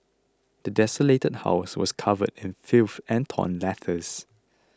the desolated house was covered in filth and torn letters